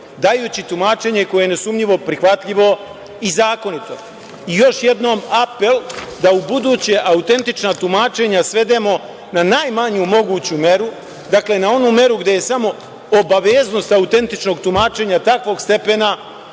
dajući tumačenje koje je nesumnjivo prihvatljivo i zakonito. Još jednom apel da ubuduće autentična tumačenja svedemo na najmanju moguću meru, dakle na onu meru gde je samo obaveznost autentičnog tumačenja takvog stepena